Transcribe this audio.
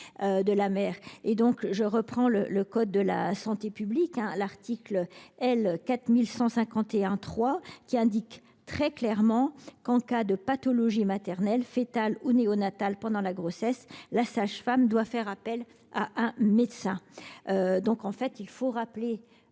de la mère. Je reprends le code de la santé publique : l'article L. 4151-3 indique très clairement qu'« en cas de pathologie maternelle, foetale ou néonatale pendant la grossesse, [...] la sage-femme doit faire appel à un médecin ». Il faut rappeler